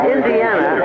Indiana